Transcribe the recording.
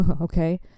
okay